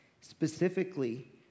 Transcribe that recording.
specifically